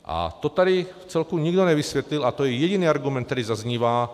A to tady vcelku nikdo nevysvětlil a to je jediný argument, který zaznívá.